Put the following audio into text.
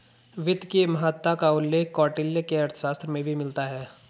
वित्त की महत्ता का उल्लेख कौटिल्य के अर्थशास्त्र में भी मिलता है